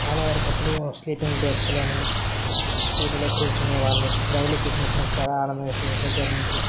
చాలా వరకు అప్పుడూ స్లీపింగ్ బెర్తులని సీట్లలో కూర్చునే వాళ్ళే రైలు చూసినప్పుడు నాకు చాలా ఆనందం వేస్తుంది వెళ్ళిన దగ్గర నుంచే